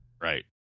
Right